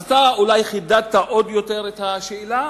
אז אתה אולי חידדת עוד יותר את השאלה,